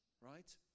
right